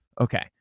Okay